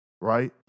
right